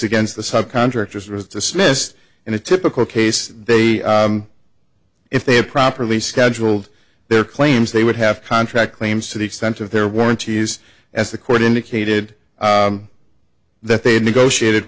against the sub contractors was dismissed in a typical case if they had properly scheduled their claims they would have contract claims to the extent of their warranties as the court indicated that they had negotiated